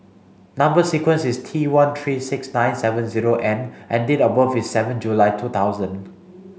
number sequence is T one three six nine seven zero N and date of birth is seven July two thousand